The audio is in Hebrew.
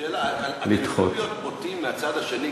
שאלה: להיות בוטים מהצד השני,